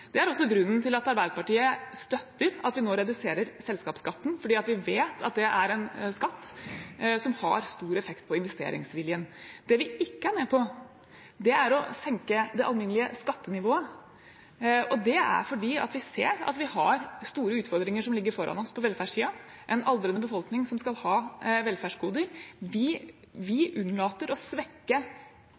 Det er også grunnen til at Arbeiderpartiet støtter at vi nå reduserer selskapsskatten, for vi vet at det er en skatt som har stor effekt på investeringsviljen. Det vi ikke er med på, er å senke det alminnelige skattenivået. Det er fordi vi ser at vi har store utfordringer som ligger foran oss på velferdssiden: en aldrende befolkning som skal ha velferdsgoder. Vi unnlater å svekke